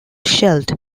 shelled